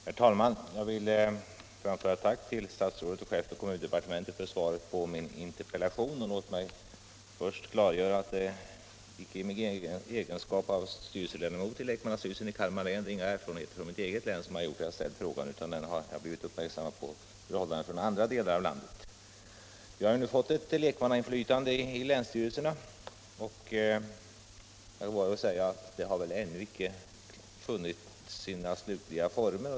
Herr talman! Jag vill framföra ett tack till kommunministern för svaret på min interpellation. Låt mig till att börja med klargöra att det inte är i min egenskap av styrelseledamot i lekmannastyrelsen i Kalmar läns länsstyrelse — med de erfarenheter jag har därifrån — som jag har framställt interpellationen, utan jag har blivit uppmärksammad på förhållandena i andra delar av landet. Vi har nu fått ett lekmannainflytande i länsstyrelserna, men jag vågar säga att det ännu inte har funnit sina slutliga former.